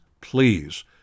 please